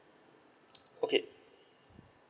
okay